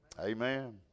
Amen